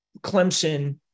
Clemson